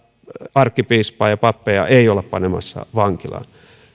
arkkipiispaa ja pappeja ei olla panemassa vankilaan jos